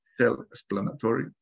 self-explanatory